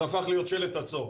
זה הפך להיות שלט עצור.